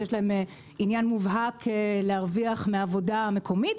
שיש להם עניין מובהק להרוויח מן העבודה המקומית,